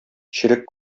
черек